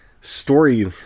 story